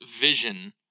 vision